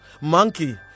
monkey